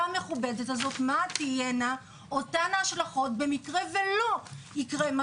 המכובדת הזאת מה תהיינה אותן ההשלכות במקרה שלא יקרה מה